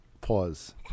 Pause